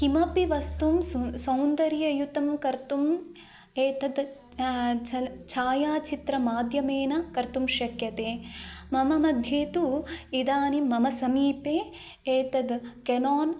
किमपि वस्तुं सुन् सौन्दर्ययुतं कर्तुम् एतद् छल् छायाचित्र माध्यमेन कर्तुं शक्यते मम मध्ये तु इदानीं मम समीपे एतद् केनान्